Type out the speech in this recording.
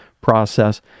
process